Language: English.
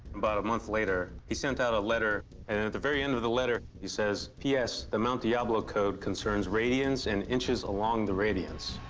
about a month later, he sent out a letter. and at the very end of the letter, he says, p s. the mount diablo code concerns radians and inches along the radians.